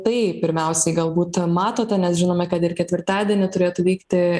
tai pirmiausiai galbūt matote nes žinome kad ir ketvirtadienį turėtų veikti